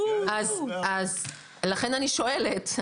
לכן אני שואלת.